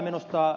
minusta ed